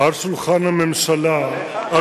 על שולחן הכנסת